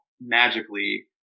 magically